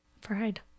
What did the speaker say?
Fried